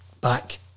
back